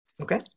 Okay